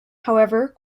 however